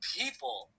people